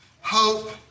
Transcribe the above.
hope